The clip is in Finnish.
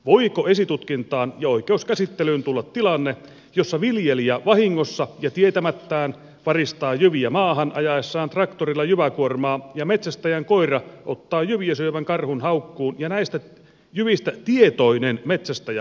voiko esitutkintaan ja oikeuskäsittelyyn tulla tilanne jossa viljelijä vahingossa ja tietämättään varistaa jyviä maahan ajaessaan traktorilla jyväkuormaa ja metsästäjän koira ottaa jyviä syövän karhun haukkuun ja näistä jyvistä tietoinen metsästäjä kaataa karhun